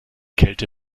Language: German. kälte